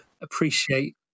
appreciate